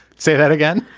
say that again.